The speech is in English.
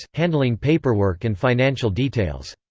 handling paperwork and financial details.